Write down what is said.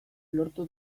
lortu